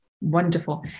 Wonderful